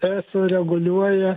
eso reguliuoja